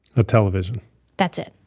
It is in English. a television that's it?